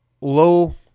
low